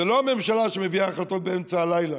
זה לא הממשלה שמביאה החלטות באמצע הלילה,